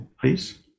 Please